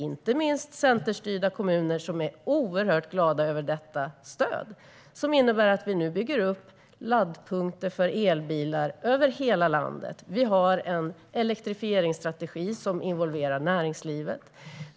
Inte minst gäller det centerstyrda kommuner, som är mycket glada över detta stöd. Det innebär att vi bygger upp laddpunkter för elbilar över hela landet. Vi har en elektrifieringsstrategi som involverar näringslivet.